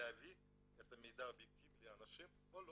להביא את המידע האובייקטיבי לאנשים או לא.